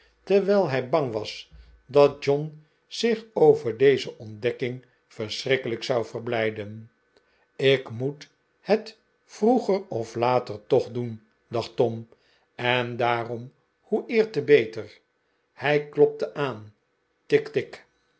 terwijl hij bang was dat john zich over deze ontdekking verschrikkelijk zou verblijden ik moet het vroeger of later toch doen dacht tom en daarom hoe eer hoe beter hij klopte aan tik tik